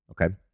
Okay